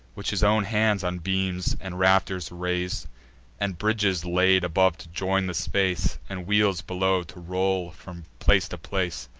which his own hands on beams and rafters rais'd and bridges laid above to join the space, and wheels below to roll from place to place.